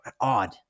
odd